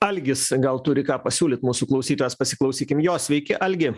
algis gal turi ką pasiūlyt mūsų klausytojas pasiklausykim jo sveiki algi